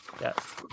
yes